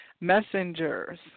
messengers